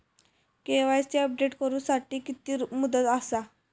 KYC update करू साठी किती मुदत आसा?